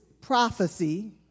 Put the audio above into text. prophecy